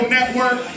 Network